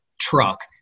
truck